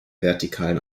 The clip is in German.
vertikalen